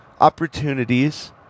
opportunities